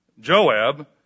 Joab